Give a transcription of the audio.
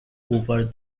over